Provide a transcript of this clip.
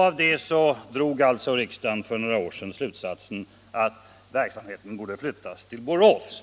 Av det drog riksdagen för några år sedan slutsatsen att verksamheten borde flyttas till Borås,